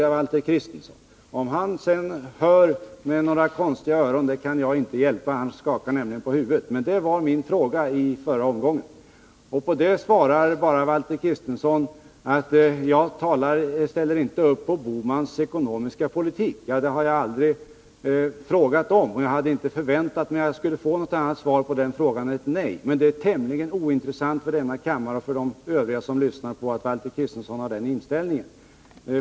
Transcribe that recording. Om Valter Kristenson sedan hör med några konstiga öron, kan jag inte hjälpa det — han skakar nämligen på huvudet — men det var alltså min fråga i förra omgången. På det svarar Valter Kristenson att han inte ställer upp på Bohmans ekonomiska politik. Men det har jag aldrig frågat om. Jag skulle inte förväntat mig något annat svar på en sådan fråga än nej, men det är tämligen ointressant för denna kammare och för de övriga som eventuellt lyssnar att Valter Kristenson har den inställningen.